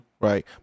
right